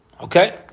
Okay